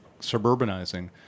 suburbanizing